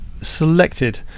selected